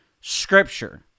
Scripture